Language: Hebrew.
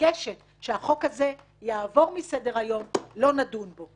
ומבקשת שהחוק הזה יעבור מסדר-היום ולא נדון בו.